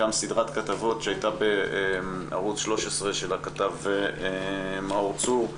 וגם סדרת כתבות שהייתה בערוץ 13 של הכתב מאור צור,